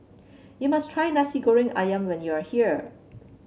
you must try Nasi Goreng ayam when you are here